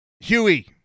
Huey